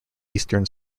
eastern